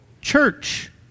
church